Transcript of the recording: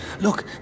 Look